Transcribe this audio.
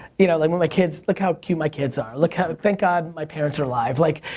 you know, like when my kids, look how cute my kids are, look how, thank god my parents are alive, like,